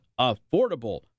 affordable